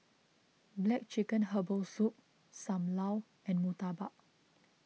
Black Chicken Herbal Soup Sam Lau and Murtabak